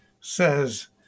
says